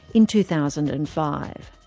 in two thousand and five.